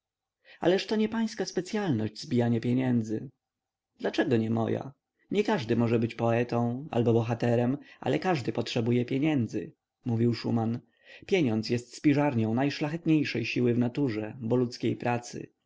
się ależto nie pańska specyalność zbijanie pieniędzy dlaczego nie moja niekażdy może być poetą albo bohaterem ale każdy potrzebuje pieniędzy mówił szuman pieniądz jest spiżarnią najszlachetniejszej siły w naturze bo ludzkiej pracy